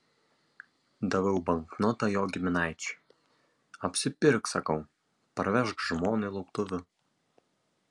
daviau banknotą jo giminaičiui apsipirk sakau parvežk žmonai lauktuvių